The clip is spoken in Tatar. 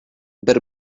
бер